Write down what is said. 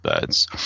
birds